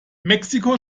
mexiko